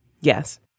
Yes